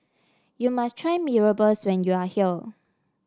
you must try Mee Rebus when you are here